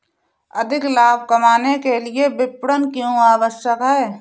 अधिक लाभ कमाने के लिए विपणन क्यो आवश्यक है?